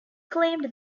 claimed